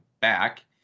back